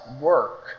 work